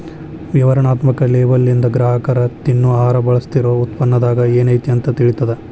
ವಿವರಣಾತ್ಮಕ ಲೇಬಲ್ಲಿಂದ ಗ್ರಾಹಕರ ತಿನ್ನೊ ಆಹಾರ ಬಳಸ್ತಿರೋ ಉತ್ಪನ್ನದಾಗ ಏನೈತಿ ಅಂತ ತಿಳಿತದ